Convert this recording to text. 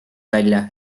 välja